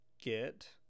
get